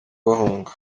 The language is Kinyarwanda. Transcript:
bahunga